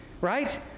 Right